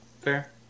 Fair